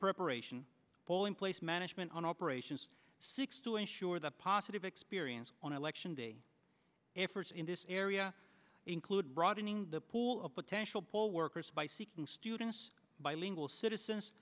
preparation polling place management on operations six to ensure the positive experience on election day efforts in this area include broadening the pool of potential poll workers by seeking students by legal citizens